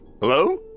Hello